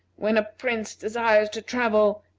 when a prince desires to travel,